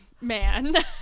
man